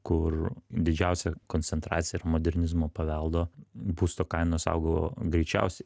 kur didžiausia koncentracija yra modernizmo paveldo būsto kainos augo greičiausiai